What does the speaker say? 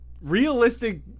Realistic